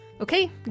Okay